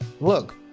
Look